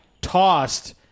tossed